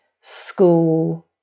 school